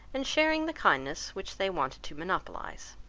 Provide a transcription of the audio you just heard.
and sharing the kindness which they wanted to monopolize.